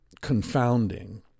confounding